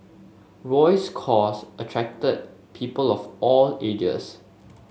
Roy's cause attracted people of all ages